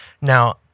Now